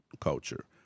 culture